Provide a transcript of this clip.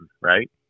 right